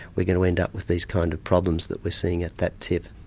we're going to end up with these kind of problems that we're seeing at that tip.